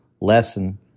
lesson